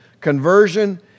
conversion